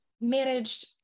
managed